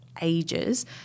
Ages